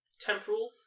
Temporal